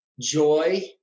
joy